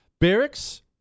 barracks